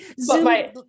zoom